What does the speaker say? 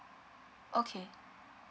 okay